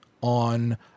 on